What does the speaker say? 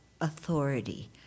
authority